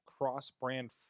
cross-brand